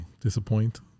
Disappoint